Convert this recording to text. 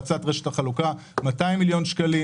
האצת רשת החלוקה 200 מיליון שקלים,